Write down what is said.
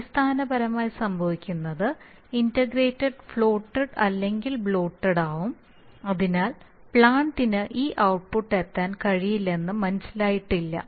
അടിസ്ഥാനപരമായി സംഭവിച്ചത് integrator floated അല്ലെങ്കിൽ ബ്ലോട്ട്ഡ് ആവും അതിനാൽ പ്ലാന്റിന് ഈ ഔട്ട്പുട്ടിൽ എത്താൻ കഴിയില്ലെന്ന് മനസ്സിലായിട്ടില്ല